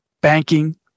banking